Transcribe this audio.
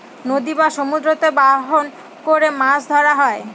নদী বা সমুদ্রতে বাহন করে মাছ ধরা হয়